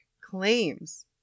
claims